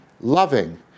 loving